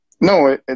No